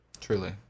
Truly